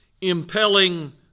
impelling